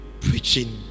preaching